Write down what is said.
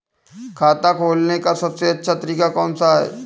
खाता खोलने का सबसे अच्छा तरीका कौन सा है?